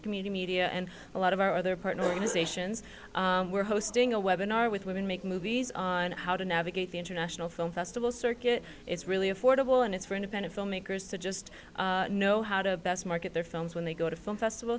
community media and a lot of our other partners organizations we're hosting a weapon are with women make movies on how to navigate the international film festival circuit it's really affordable and it's for independent filmmakers to just know how to best market their films when they go to film festival